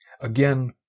Again